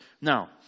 Now